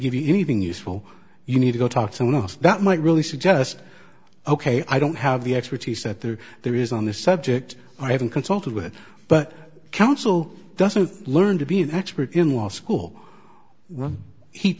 give you anything useful you need to go talk to someone else that might really suggest ok i don't have the expertise that there is on this subject i haven't consulted with but counsel doesn't learn to be an expert in law school whe